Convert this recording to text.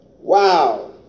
Wow